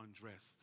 undressed